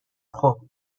خوب